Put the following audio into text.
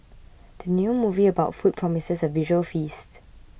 the new movie about food promises a visual feast